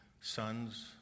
sons